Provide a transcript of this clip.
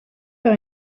par